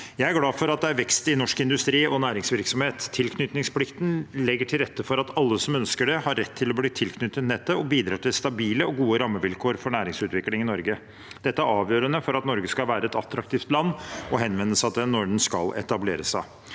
Jeg er glad for at det er vekst i norsk industri og næringsvirksomhet. Tilknytningsplikten legger til rette for at alle som ønsker det, har rett til å bli tilknyttet nettet, og den bidrar til stabile og gode rammevilkår for næringsutvikling i Norge. Dette er avgjørende for at Norge skal være et attraktivt land å henvende seg til når man skal etablere seg.